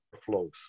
flows